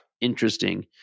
interesting